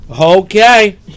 Okay